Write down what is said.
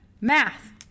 Math